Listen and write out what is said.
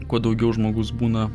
kuo daugiau žmogus būna